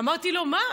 אמרתי לו: מה?